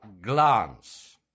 glance